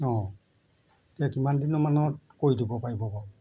অঁ এতিয়া কিমান দিনত মানত কৰি দিব পাৰিব বাৰু